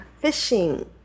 fishing